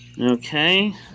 Okay